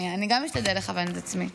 אני גם אשתדל לכוון את עצמי.